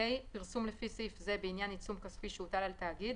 (ה) פרסום לפי סעיף זה בעניין עיצום כספי שהוטל על תאגיד